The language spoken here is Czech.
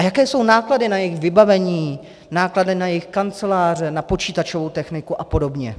Jaké jsou náklady na jejich vybavení, náklady na jejich kanceláře, na počítačovou techniku a podobně?